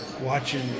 watching